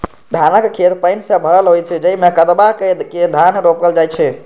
धानक खेत पानि सं भरल होइ छै, जाहि मे कदबा करि के धान रोपल जाइ छै